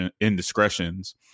indiscretions